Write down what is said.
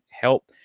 help